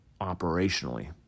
operationally